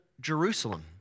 Jerusalem